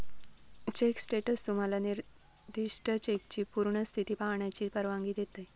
check status तुम्हाला निर्दिष्ट चेकची पूर्ण स्थिती पाहण्याची परवानगी देते